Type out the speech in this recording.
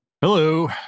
Hello